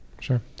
Sure